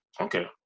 Okay